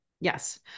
Yes